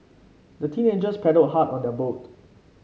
the teenagers paddled hard on their boat